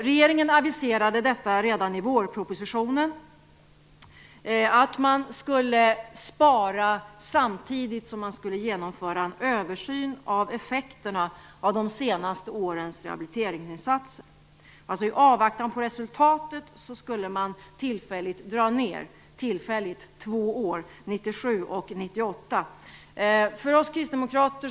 Regeringen aviserade redan i vårpropositionen att man skulle spara samtidigt som en översyn av effekterna av de senaste årens rehabiliteringsinsatser skulle genomföras. I avvaktan på resultatet skulle man tillfälligt göra en neddragning - tillfälligt i två år, 1997 och 1998.